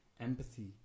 empathy